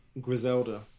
griselda